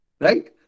Right